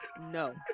No